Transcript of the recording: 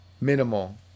Minimal